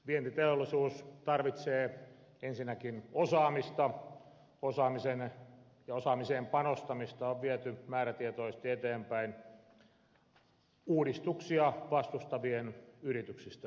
vientiteollisuus tarvitsee ensinnäkin osaamista ja osaamiseen panostamista on viety määrätietoisesti eteenpäin uudistuksia vastustavien yrityksistä huolimatta